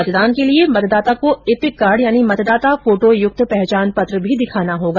मतदान के लिए मतदाता को इपिक कार्ड यानि मतदाता फोटो युक्त पहचान पत्र भी दिखाना होगा